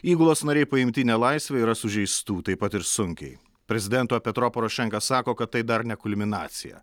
įgulos nariai paimti į nelaisvę yra sužeistų taip pat ir sunkiai prezidento petro porošenka sako kad tai dar ne kulminacija